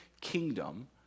kingdom